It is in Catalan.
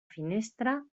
finestra